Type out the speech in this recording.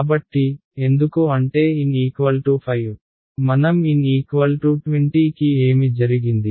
కాబట్టి ఎందుకు అంటే N 5 మనం n 20 కి ఏమి జరిగింది